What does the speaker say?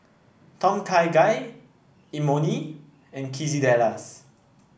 Tom Kha Gai Imoni and Quesadillas